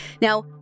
Now